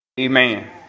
Amen